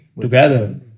together